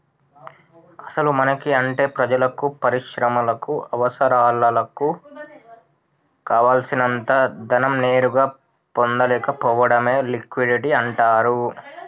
అసలు మనకి అంటే ప్రజలకు పరిశ్రమలకు అవసరాలకు కావాల్సినంత ధనం నేరుగా పొందలేకపోవడమే లిక్విడిటీ అంటారు